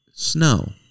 snow